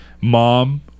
mom